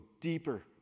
deeper